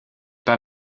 pas